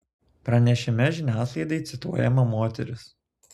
pranešime žiniasklaidai cituojama moteris